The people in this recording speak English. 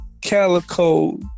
Calico